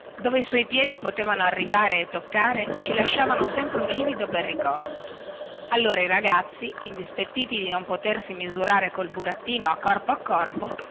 dove i suoi piedi potevano arrivare e toccare ci lasciavano sempre un livido per ricordo allora i ragazzi indispettiti di non potersi misurare col burattino a corpo a corpo